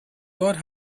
god